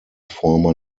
former